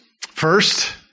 First